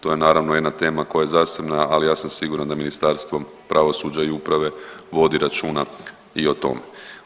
To je naravno jedna tema koja je zasebna, ali ja sam siguran da Ministarstvo pravosuđa i uprave vodi računa i o tome.